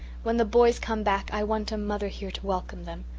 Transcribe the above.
when the boys come back i want a mother here to welcome them.